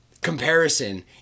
comparison